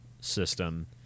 system